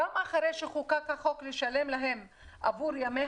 גם אחרי שחוקק החוק על תשלום עבור ימי